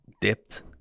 dipped